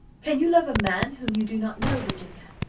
can you love a man whom you do not know, virginia?